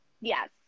Yes